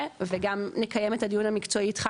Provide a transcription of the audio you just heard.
וגם נקיים את הדיון המקצועי איתך,